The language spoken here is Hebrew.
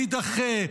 יידחה.